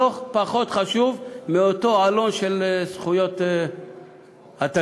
לא פחות חשוב מאותו עלון של זכויות התלמיד.